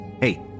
Hey